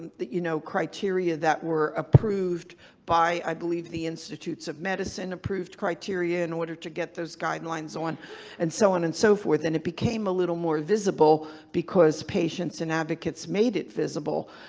you know, criteria that were approved by, i believe, the institutes of medicine approved criteria in order to get those guidelines on and so on and so forth and it became a little more visible because patients and advocates made it visible,